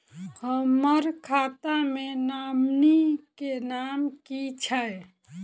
हम्मर खाता मे नॉमनी केँ नाम की छैय